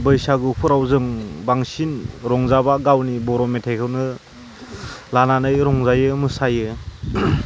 बैसागु फोराव जों बांसिन रंजाब्ला गावनि बर'मेथाइखौनो लानानै रंजायो मोसायो